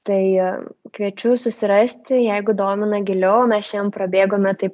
tai kviečiu susirasti jeigu domina giliau mes šiandien prabėgome taip